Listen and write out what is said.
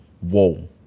whoa